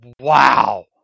wow